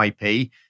IP